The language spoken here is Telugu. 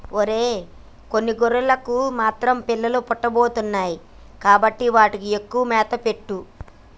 ఒరై కొన్ని గొర్రెలకు మాత్రం పిల్లలు పుట్టబోతున్నాయి కాబట్టి వాటికి ఎక్కువగా మేత పెట్టు